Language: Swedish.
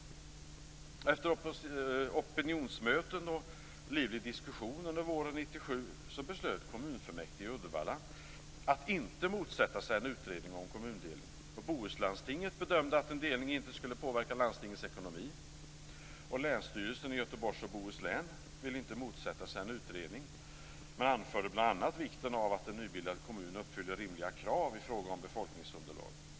Efter opinionsmöten och livlig diskussion under våren 1997 beslöt kommunfullmäktige i Uddevalla att inte motsätta sig en utredning om kommundelning. Bohuslandstinget bedömde att en delning inte skulle påverka landstingets ekonomi. Länsstyrelsen i Göteborgs och Bohus län ville inte motsätta sig en utredning men anförde bl.a. vikten av att en nybildad kommun uppfyller rimliga krav i fråga om befolkningsunderlag.